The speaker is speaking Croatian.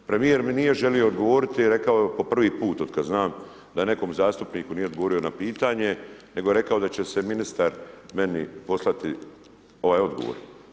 Premjer mi nije želio odgovoriti, i rekao je po prvi put od kada znam, da nekom zastupniku nije odgovorio na pitanje, nego je rekao da će se ministar, meni, poslati ovaj odgovor.